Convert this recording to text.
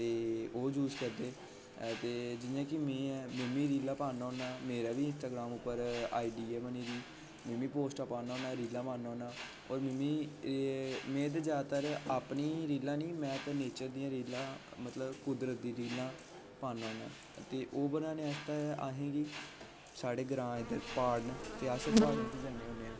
ते ओह् यूज़ करदे ते जि'यां कि में ऐं मिमी रीलां पाना होना मेरा बी इंस्टाग्राम उप्पर आई डी ऐ बनी दी मिमी पोस्टां पाना होना रीलां पाना होना होर मिमी में ते जादातर अपनी रीलां नी में ते नेचर दियां रीलां मतलब कुदरत दियां रीलां पाना होना ऐ ते ओह् बनाने आस्तै अहें बी साढ़े ग्रांऽ दे इद्धर दे प्हाड़ न ते अस प्हाड़ें च ज'न्नें होने आं